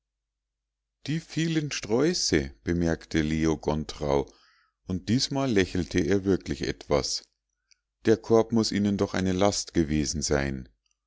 die vielen sträuße bemerkte leo gontrau und diesmal lächelte er wirklich etwas der korb muß ihnen doch eine last gewesen sein